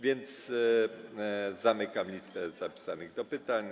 Więc zamykam listę zapisanych do pytań.